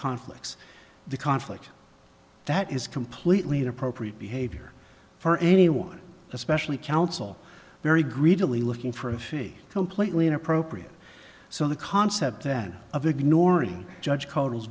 conflicts the conflict that is completely inappropriate behavior for anyone especially counsel very greedily looking for a fee completely inappropriate so the concept then of ignoring judge code is